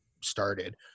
started